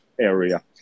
area